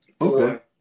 Okay